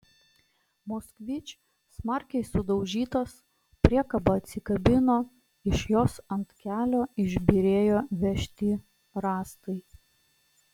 moskvič smarkiai sudaužytas priekaba atsikabino iš jos ant kelio išbyrėjo vežti rąstai